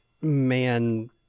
man